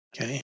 Okay